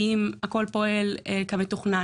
האם הכול פועל כמתוכנן?